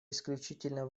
исключительно